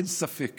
אין ספק